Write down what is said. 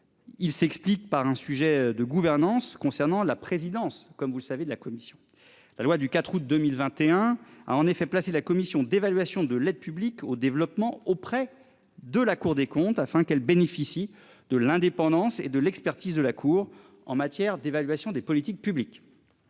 Il s'explique par un sujet de gouvernance concernant la présidence comme vous le savez de la commission. La loi du 4 août 2021 a en effet placé la commission d'évaluation de l'aide publique au développement auprès de la Cour des comptes afin qu'elle bénéficie de l'indépendance et de l'expertise de la cour en matière d'évaluation des politiques publiques.